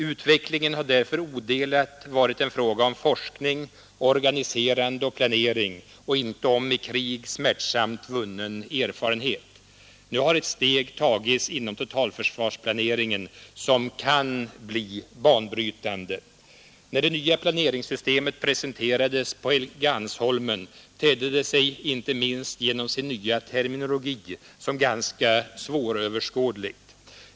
Utvecklingen har därför odelat varit en fråga om forskning, organiserande och planering och inte om i krig smärtsamt vunnen erfarenhet. Nu har ett steg tagits inom totalförsvarsplaneringen, som kan bli banbrytande När det nya planeringssystemet presenterades på Helgeandsholmen, tedde det sig inte minst genom sin nya terminologi som ganska svåröverskådligt.